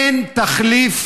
אין תחליף